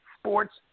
Sports